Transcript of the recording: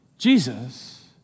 Jesus